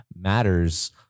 matters